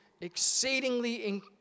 exceedingly